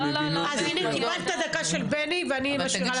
אז הנה קיבלת דקה של בני ואני משאירה לעצמי שתי דקות.